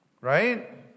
Right